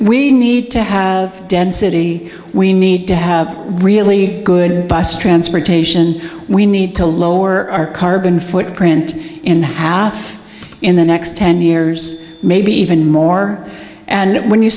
we need to have density we need to have really good bus transportation we need to lower our carbon footprint in half in the next ten years maybe even more and when you